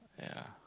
yeah